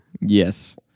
yes